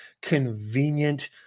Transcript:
convenient